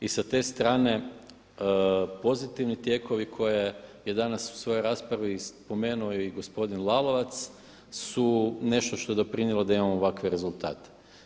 I sa te strane pozitivni tijekovi koje je danas u svojoj raspravi spomenuo je gospodin Lalovac, su nešto što je doprinijelo da imamo ovakve rezultate.